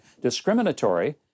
discriminatory